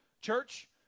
Church